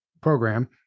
program